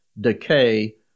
decay